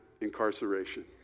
incarceration